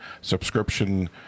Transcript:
subscription